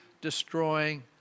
destroying